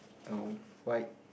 the white